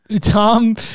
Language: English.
Tom